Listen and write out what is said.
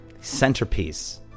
Centerpiece